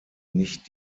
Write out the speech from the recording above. nicht